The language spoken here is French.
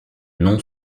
non